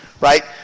right